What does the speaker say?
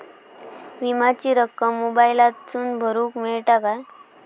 विमाची रक्कम मोबाईलातसून भरुक मेळता काय?